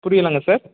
புரியலங்க சார்